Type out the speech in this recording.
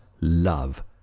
love